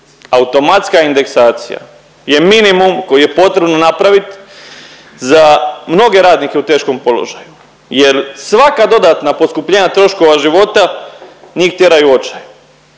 Automatska indeksacija je minimum koji je potrebno napravit za mnoge radnije u teškom položaju jer svaka dodatna poskupljenja troškova života njih tjera u očaj.